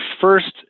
first